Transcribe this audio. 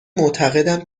معتقدم